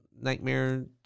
nightmare